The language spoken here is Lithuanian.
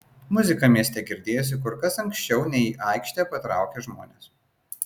muzika mieste girdėjosi kur kas anksčiau nei į aikštę patraukė žmonės